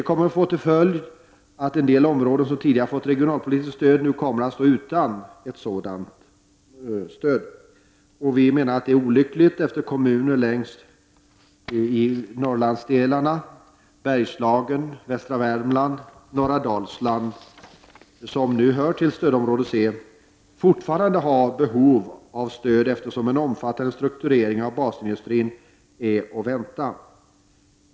Detta får till följd att en del områden som tidigare har fått regionalpolitiskt stöd nu kommer att stå utan sådant stöd. Vi menar att det är olyckligt eftersom de kommuner längs Norrlandskusten, i Bergslagen, västra Värmland och norra Dalsland, som nu hör till stödområde C, fortfarande har behov av stöd då en omfattande omstrukturering av basindustrin är att vänta.